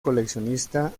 coleccionista